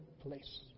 place